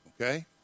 okay